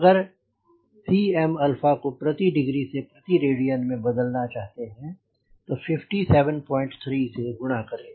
अगर आप Cm को प्रति डिग्री से प्रति रेडियन में बदलना चाहते हैं तो 573 से गुणा करें